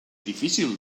difícil